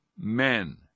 men